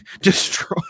destroyed